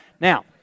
Now